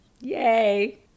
Yay